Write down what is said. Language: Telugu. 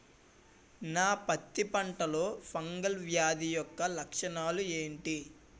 నా పత్తి పంటలో ఫంగల్ వ్యాధి యెక్క లక్షణాలు ఏంటి?